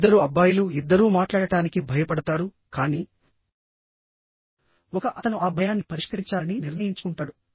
ఇద్దరు అబ్బాయిలుఇద్దరూ మాట్లాడటానికి భయపడతారుకానీ ఒక అతను ఆ భయాన్ని పరిష్కరించాలని నిర్ణయించుకుంటాడు